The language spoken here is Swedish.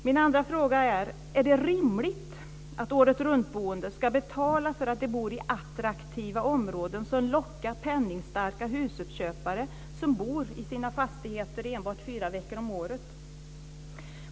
Min andra fråga är: Är det rimligt att året-runtboende ska betala för att de bor i attraktiva områden som lockar penningstarka husuppköpare som bor i sina fastigheter enbart fyra veckor om året?